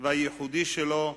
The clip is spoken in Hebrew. והייחודי שלו,